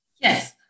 Yes